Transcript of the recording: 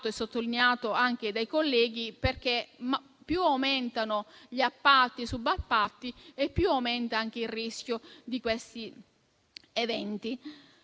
e sottolineato dai colleghi, perché più aumentano gli appalti e i subappalti e più aumenta il rischio di questi eventi.